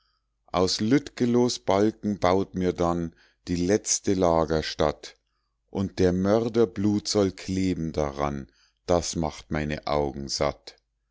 aus lüttgelohs balken baut mir dann die letzte lagerstatt und der mörder blut soll kleben daran das macht meine augen satt